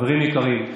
אתה חוזר על זה,